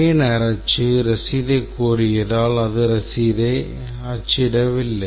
பயனர் அச்சு ரசீதைக் கோரியதால் அது ரசீதை அச்சிட்டவில்லை